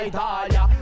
Italia